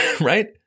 right